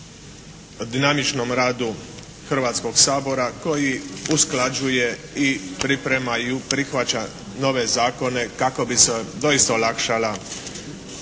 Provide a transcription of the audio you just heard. dinamičnom radu Hrvatskog sabora koji usklađuje i pripremaju i prihvaćaju nove zakone kako bi se doista olakšala